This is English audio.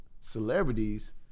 celebrities